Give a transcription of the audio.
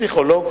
פסיכולוג,